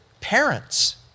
parents